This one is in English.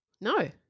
No